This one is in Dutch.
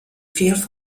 veel